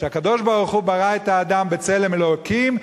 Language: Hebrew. שהקדוש-ברוך-הוא ברא את האדם בצלם אלוקים,